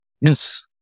yes